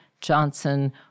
Johnson